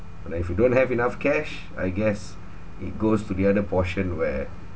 but then if you don't have enough cash I guess it goes to the other portion where